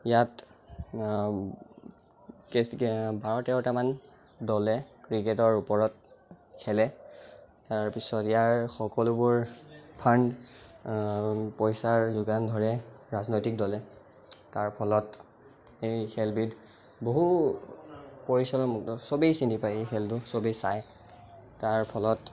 ইয়াত কেচ বাৰ তেৰটামান দলে ক্ৰিকেটৰ ওপৰত খেলে তাৰপিছত ইয়াৰ সকলোবোৰ ফাণ্ড পইচাৰ যোগান ধৰে ৰাজনৈতিক দলে তাৰ ফলত এই খেলবিধ বহু পৰিচালন চবেই চিনি পায় এই খেলটো চবেই চায় তাৰ ফলত